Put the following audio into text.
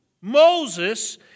Moses